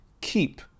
keep